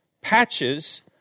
patches